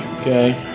Okay